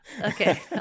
Okay